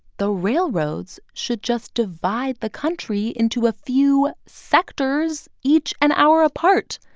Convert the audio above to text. the railroads should just divide the country into a few sectors, each an hour apart,